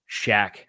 Shaq